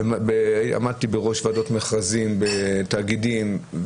עמדתי בראש ועדות מכרזים בתאגידים.